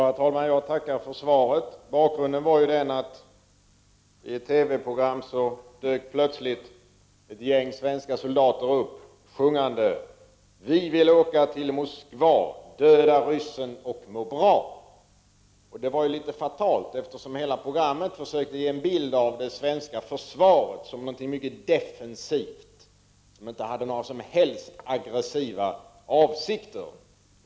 Herr talman! Jag tackar för svaret. Bakgrunden till min fråga var ett TV-program där ett gäng svenska soldater plötsligt dök upp, sjungande: Vi vill åka till Moskva. Döda ryssen och må bra. Detta var något fatalt, eftersom hela programmet försökte ge en bild av det svenska försvaret som någonting mycket defensivt utan några som helst aggressiva avsikter.